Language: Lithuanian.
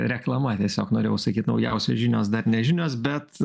reklama tiesiog norėjau sakyt naujausios žinios dar nežinios bet